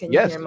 Yes